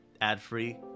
ad-free